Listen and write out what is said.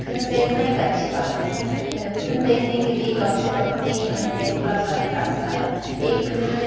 film देखना एक अच्छी बात है फ़िल्म देखने के लिए कम से कम तीन घन्टे का समय लगता है एक फ़िल्म